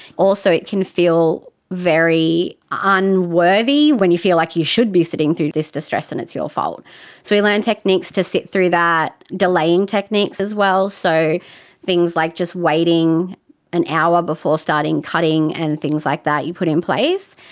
also it can feel very ah unworthy when you feel like you should be sitting through this distress and it's your fault. so we learn techniques to sit through that, delaying techniques as well, so things like just waiting an hour before starting cutting and things like that you put in place.